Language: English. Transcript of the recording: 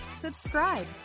subscribe